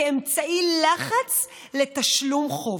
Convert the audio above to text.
כאמצעי לחץ לתשלום חוב.